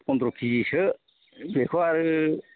फन्द्र' खिजिसो बेखौ आरो